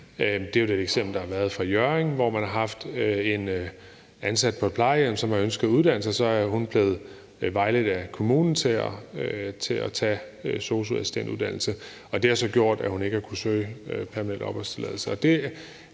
hvor man – eksempelvis i Hjørring – har haft en ansat på et plejehjem, som har ønsket at uddanne sig, og som så er blevet vejledt af kommunen til at tage en sosu-assistentuddannelse, hvilket så har gjort, at hun ikke har kunnet søge permanent opholdstilladelse.